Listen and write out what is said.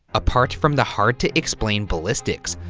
apart from the hard to explain ballistics,